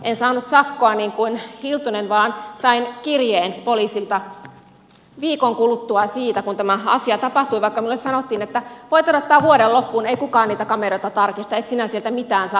en saanut sakkoa niin kuin hiltunen vaan sain kirjeen poliisilta viikon kuluttua siitä kun tämä asia tapahtui vaikka minulle sanottiin että voit odottaa vuoden loppuun ei kukaan niitä kameroita tarkista et sinä sieltä mitään sakkoa tule saamaan